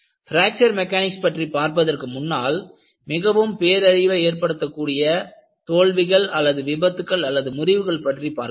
fracture mechanics பற்றிப் பார்ப்பதற்கு முன்னால் மிகவும் பேரழிவை ஏற்படுத்திய தோல்விகள் விபத்துக்கள்முறிவுகள் பற்றி பார்க்கலாம்